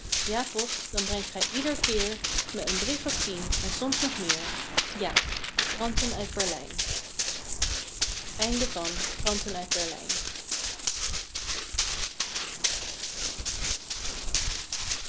ja post dan brengt gij ieder keer me een brief of tien en soms nog meer ja kranten uit erlijn er